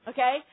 Okay